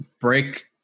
break